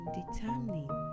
determining